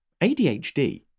ADHD